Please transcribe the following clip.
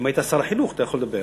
אם היית שר החינוך היית יכול לדבר,